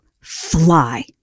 fly